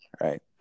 right